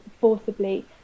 forcibly